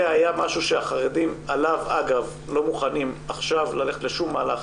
זה היה משהו שהחרדים עליו אגב לא מוכנים עכשיו ללכת לשום מהלך,